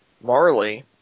Marley